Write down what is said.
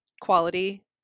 quality